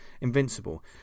Invincible